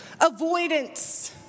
avoidance